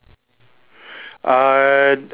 uh